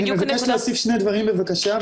אני מבקש להוסיף שני דברים בבקשה ולשתף.